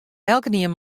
elkenien